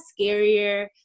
scarier